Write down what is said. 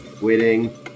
waiting